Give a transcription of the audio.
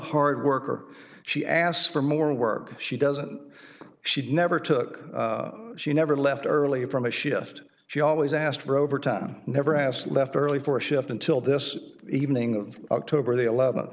hard worker she asks for more work she doesn't she never took she never left early from a shift she always asked for overtime never asked left early for a shift until this evening of october the